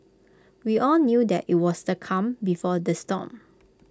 we all knew that IT was the calm before the storm